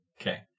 Okay